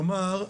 כלומר,